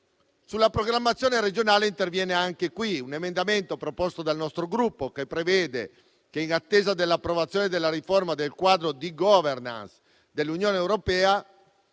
Sulla programmazione regionale interviene, anche qui, un emendamento proposto dal nostro Gruppo, che prevede che, in attesa dell’approvazione della riforma del quadro di governance dell’Unione europea,